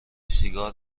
سیگار